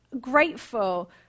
grateful